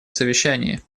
совещании